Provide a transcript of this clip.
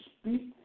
speak